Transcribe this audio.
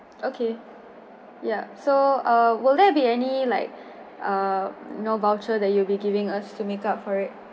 okay yeah so uh will there be any like uh no voucher that you will be giving us to make up for it